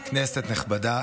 כנסת נכבדה,